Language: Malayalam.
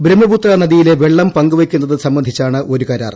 ബ്രഹ്മപുത്ര നദിയിലെ വെള്ളം പങ്കുവയ്ക്കുന്നത് സംബന്ധിച്ചാണ് ഒരു കരാർ